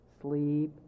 Sleep